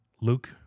Luke